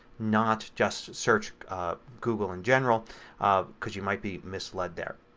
not just search goggle in general um because you might be misled there.